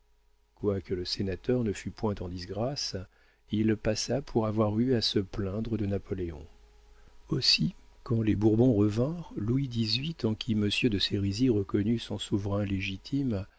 quoique le sénateur ne fût point en disgrâce il passa pour avoir eu à se plaindre de napoléon aussi quand les bourbons revinrent louis xviii en qui monsieur de sérisy reconnut son souverain légitime